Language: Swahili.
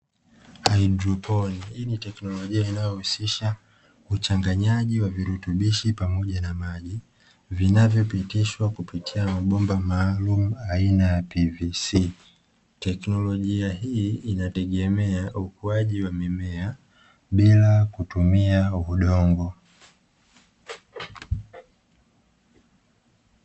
Haidroponi; hii ni teknolojia inayohusisha uchangaji wa virutubishi pamoja na maji, vinavyopitishwa kupitia mabomba maalumu aina ya "PVC". Teknolojia hii inategemea ukuaji wa mimea bila kutumia udongo.